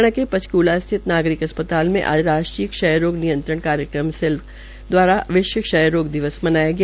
हरियाणा के पंचकूला स्थित नागरिक अस्पताल में आज राष्ट्रीय क्षय रोग नियंत्रंण कार्यक्रम सेल आज विश्व क्षय रोग दिवस मनाया गया